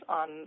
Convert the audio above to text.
on